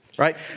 right